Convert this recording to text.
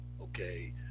okay